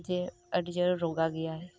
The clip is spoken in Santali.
ᱡᱮ ᱟᱹᱰᱤ ᱡᱳᱨᱮ ᱨᱚᱜᱟ ᱜᱮᱭᱟ